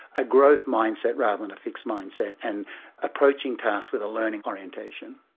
a growth mindset rather than a fixed mindset, and approaching tasks with a learning orientation.